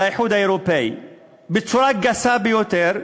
על האיחוד האירופי, בצורה גסה ביותר,